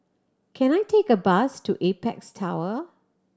can I take a bus to Apex Tower